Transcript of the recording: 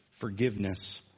forgiveness